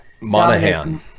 monahan